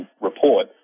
report